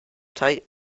tight